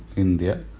india.